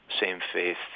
same-faith